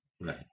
right